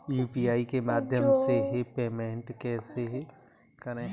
UPI के माध्यम से पेमेंट को कैसे करें?